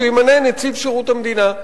שימנה נציב שירות המדינה.